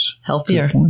healthier